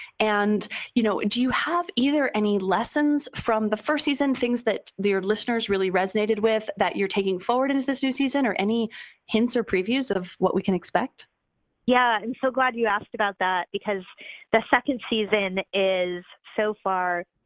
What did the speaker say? and you know do you have either any lessons from the first season, things that their listeners really resonated with that you're taking forward into this new season or any hints or previews of what we can expect? jessi yeah, i'm so glad you asked about that because the second season is so far,